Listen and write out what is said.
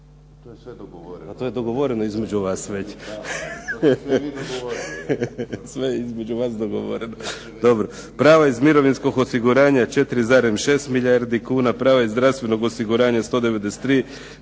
To je sve dogovoreno./…